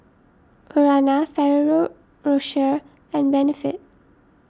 Urana Ferrero Rocher and Benefit